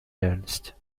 реальность